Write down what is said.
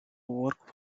work